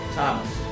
Thomas